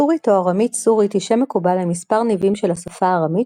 סורית או ארמית סורית היא שם מקובל למספר ניבים של השפה הארמית